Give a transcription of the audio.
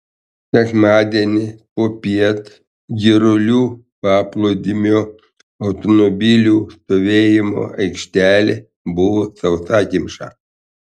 sekmadienį popiet girulių paplūdimio automobilių stovėjimo aikštelė buvo sausakimša